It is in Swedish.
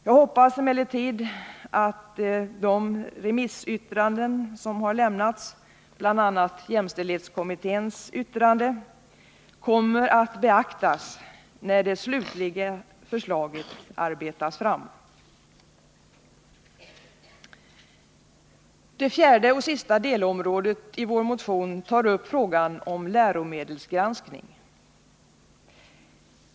Jag hoppas emellertid att de remissyttranden som lämnats, bl.a. jämställdhetskommitténs yttrande, kommer att beaktas när det slutliga förslaget arbetas fram. Det fjärde och sista delområdet i vår motion tar upp frågan om läromedelsgranskning.